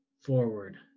forward